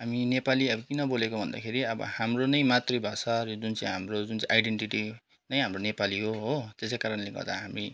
हामी नेपाली अब किन बोलेको भन्दाखेरि अब हाम्रो नै मातृभाषाहरू जुन चाहिँ हाम्रो जुन चाहिँ आइडेन्टिटी नै हाम्रो नेपाली हो हो त्यसै कारणले गर्दा हामी